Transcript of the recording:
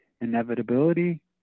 inevitability